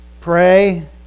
pray